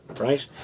right